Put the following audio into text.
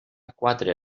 quatre